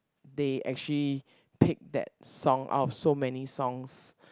they actually pick that song out of so many songs